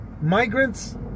migrants